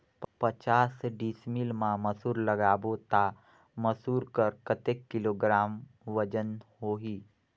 पचास डिसमिल मा मसुर लगाबो ता मसुर कर कतेक किलोग्राम वजन होही?